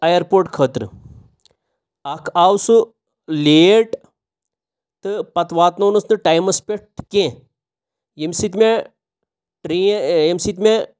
airport خٲطرٕ اَکھ آو سُہ لیٹ تہٕ پَتہٕ واتنوونَس نہٕ ٹایمَس پٮ۪ٹھ کیٚنٛہہ ییٚمہِ سۭتۍ مےٚ ٹرٛے ییٚمہِ سۭتۍ مےٚ